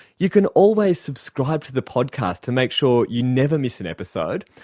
you can always subscribe to the podcast to make sure you never miss an episode,